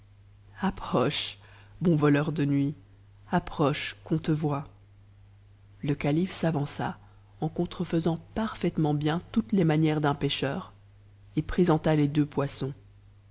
approche bon voleur de nuit approche qu'on te voie le calife s'avança en contrefaisant parfaitement bien toutes les mad'un pécheur et présenta les deux poissons